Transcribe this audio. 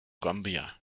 gambia